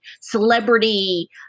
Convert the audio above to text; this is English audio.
celebrity